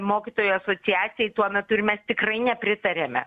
mokytojų asociacijai tuo metu ir mes tikrai nepritarėme